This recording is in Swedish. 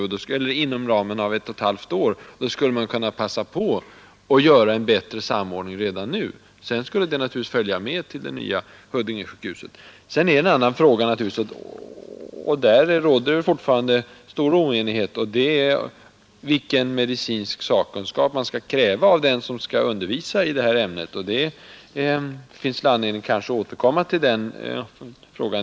Man skulle alltså inom ramen av ett och ett halvt år kunna passa på att göra en bättre samordning. Chansen därtill finns redan nu. Sedan skulle denna samordning naturligtvis följa med till det nya Huddingesjukhuset. I fråga om en annan sak råder fortfarande viss oenighet. Vilken medicinsk sakkunskap skall man kräva av dem som skall undervisa i detta ämne? Det finns anledning att återkomma till denna fråga.